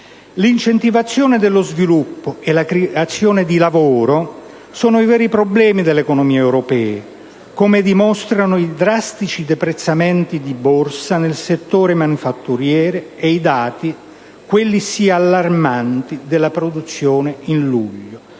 L'incentivazione dello sviluppo e la creazione di lavoro sono i veri problemi delle economie europee, come dimostrano i drastici deprezzamenti di borsa nel settore manifatturiero e i dati - quelli sì allarmanti - della produzione in luglio.